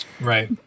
right